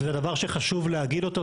וזה דבר שחשוב להגיד אותו.